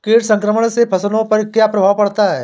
कीट संक्रमण से फसलों पर क्या प्रभाव पड़ता है?